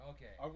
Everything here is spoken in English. Okay